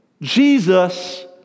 Jesus